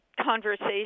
conversation